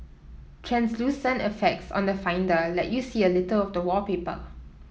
translucent effects on the Finder let you see a little of the wallpaper